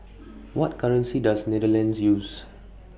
What currency Does Netherlands use